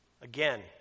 Again